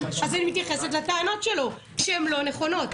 אז אני מתייחסת לטענות שלו שאינן נכונות.